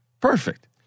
Perfect